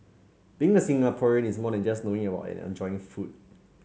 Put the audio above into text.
being a Singaporean is more than just about knowing and enjoying food